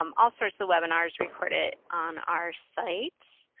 um all sorts of webinars recorded on our site.